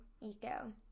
eco